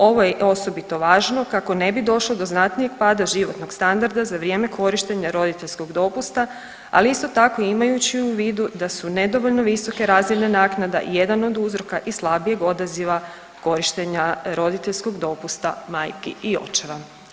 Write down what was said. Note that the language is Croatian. Ovo je osobito važno kako ne bi došlo do znatnijeg pada životnog standarda za vrijeme korištenja roditeljskog dopusta, ali isto tako imajući u vidu da su nedovoljno visoke razine naknada jedan od uzroka i slabijeg odaziva korištenja roditeljskog dopusta majki i očeva.